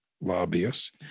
lobbyists